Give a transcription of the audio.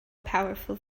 powerful